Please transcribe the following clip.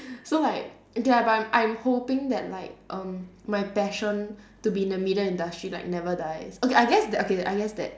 so like ya but I'm I'm hoping that like um my passion to be in the media industry like never dies okay I guess that okay I guess that